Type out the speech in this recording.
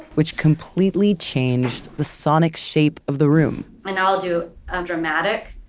which completely changed the sonic shape of the room and i'll do a dramatic